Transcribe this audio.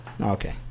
Okay